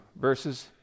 verses